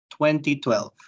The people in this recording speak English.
2012